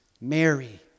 Mary